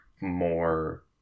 more